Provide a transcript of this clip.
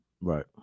right